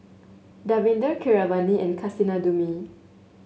Davinder Keeravani and Kasinadhuni